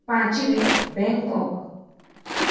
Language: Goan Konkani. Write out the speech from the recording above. पांचवें बेंकॉक